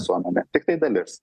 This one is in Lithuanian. suomenė tiktai dalis